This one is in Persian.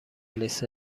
لیست